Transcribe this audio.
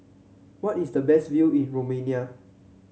what is the best view in Romania